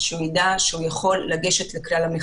אלא כל אדם עם מוגבלות צריך לדעת שהוא יכול לגשת לכלל המכרזים.